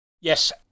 Yes